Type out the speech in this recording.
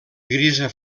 grisa